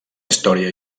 història